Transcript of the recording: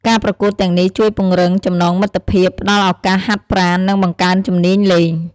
ការប្រកួតទាំងនេះជួយពង្រឹងចំណងមិត្តភាព ផ្តល់ឱកាសហាត់ប្រាណ និងបង្កើនជំនាញលេង។